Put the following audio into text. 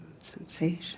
sensation